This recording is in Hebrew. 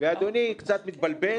ואדוני קצת מתבלבל.